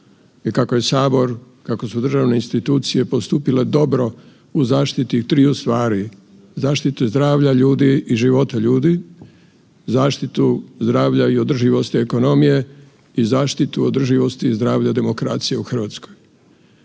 i kako je Sabor, kako su državne institucije postupile dobro u zaštiti triju stvari, zaštiti zdravlja ljudi i života ljudi, zaštitu zdravlja i održivosti ekonomije i zaštiti održivosti i zdravlja demokracije u Hrvatskoj.